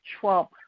Trump